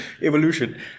evolution